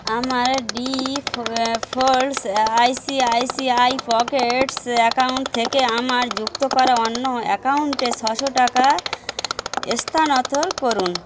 আমার defaults I C I C I Pockets account থেকে আমার যুক্ত করা অন্য অ্যাকাউন্টে ছশো টাকা করুন